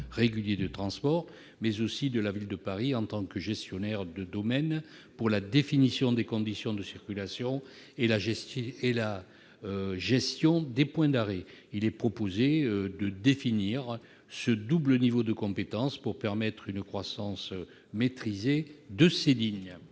Mobilités, mais aussi celle de la Ville de Paris en tant que gestionnaire de domaine pour la définition des conditions de circulation et la gestion des points d'arrêt. Il est proposé de définir ce double niveau de compétence pour permettre une croissance maitrisée de ces lignes.